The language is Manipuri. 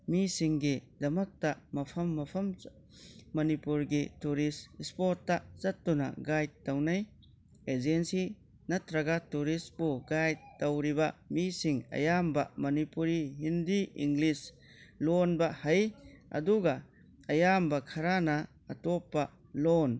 ꯃꯤꯁꯤꯡꯒꯤꯗꯃꯛꯇ ꯃꯐꯝ ꯃꯐꯝ ꯃꯅꯤꯄꯨꯔꯒꯤ ꯇꯨꯔꯤꯁꯠ ꯏꯁꯄꯣꯠꯇ ꯆꯠꯇꯨꯅ ꯒꯥꯏꯗ ꯇꯧꯅꯩ ꯑꯦꯖꯦꯟꯁꯤ ꯅꯠꯇ꯭ꯔꯒ ꯇꯧꯔꯤꯁꯠꯄꯨ ꯒꯥꯏꯗ ꯇꯧꯔꯤꯕ ꯃꯤꯁꯤꯡ ꯑꯌꯥꯝꯕ ꯃꯅꯤꯄꯨꯔꯤ ꯍꯤꯟꯗꯤ ꯏꯪꯂꯤꯁ ꯂꯣꯟꯕ ꯍꯩ ꯑꯗꯨꯒ ꯑꯌꯥꯝꯕ ꯈꯔꯅ ꯑꯇꯣꯞꯄ ꯂꯣꯟ